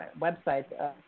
website